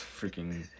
freaking